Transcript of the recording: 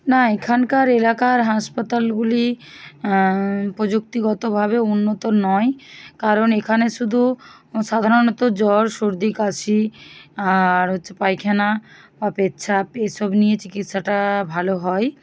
না এখানকার এলাকার হাসপাতালগুলি প্রযুক্তিগতভাবে উন্নত নয় কারণ এখানে শুধু সাধারণত জ্বর সর্দি কাশি আর হচ্ছে পায়খানা বা পেচ্ছাপ এসব নিয়ে চিকিৎসাটা ভালো হয়